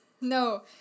No